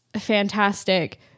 fantastic